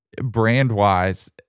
brand-wise